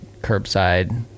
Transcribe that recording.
curbside